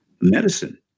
Medicine